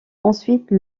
ensuite